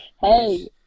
Hey